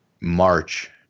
March